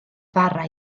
fara